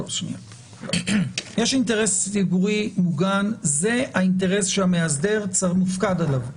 יש אינטרס ציבורי מוגן זה האינטרס שהמאסדר מופקד עליו,